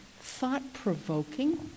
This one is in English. thought-provoking